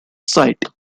site